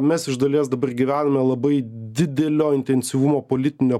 mes iš dalies dabar gyvename labai didelio intensyvumo politinio